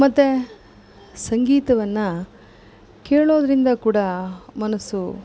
ಮತ್ತು ಸಂಗೀತವನ್ನು ಕೇಳೋದರಿಂದ ಕೂಡ ಮನಸ್ಸು